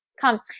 come